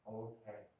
okay